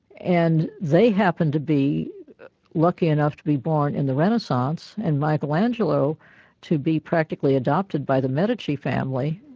and they happened to be lucky enough to be born in the renaissance, and michelangelo to be practically adopted by the medici family,